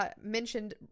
mentioned